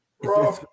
bro